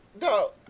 No